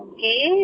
Okay